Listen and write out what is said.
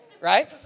right